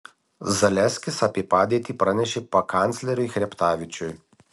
zaleskis apie padėtį pranešė pakancleriui chreptavičiui